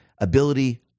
ability